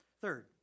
Third